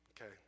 Okay